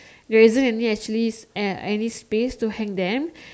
there isn't any actually any space to hang them